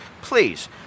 please